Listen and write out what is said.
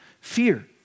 fear